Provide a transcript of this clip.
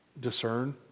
discern